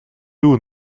two